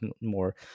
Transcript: more